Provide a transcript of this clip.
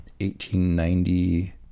1890